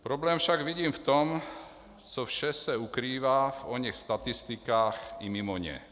Problém však vidím v tom, co vše se ukrývá v oněch statistikách i mimo ně.